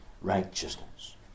righteousness